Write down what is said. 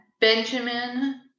Benjamin